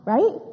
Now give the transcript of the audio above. Right